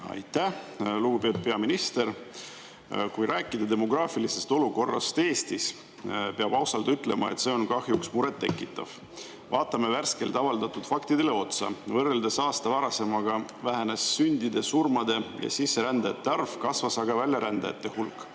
Aitäh! Lugupeetud peaminister! Kui rääkida demograafilisest olukorrast Eestis, peab ausalt ütlema, et see on kahjuks muret tekitav. Vaatame värskelt avaldatud faktidele otsa. Võrreldes aasta varasemaga vähenes [mullu] sündide, surmade ja sisserändajate arv, kasvas aga väljarändajate hulk.